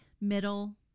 middle